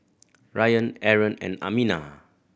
Ryan Aaron and Aminah